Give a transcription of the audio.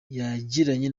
yagiranye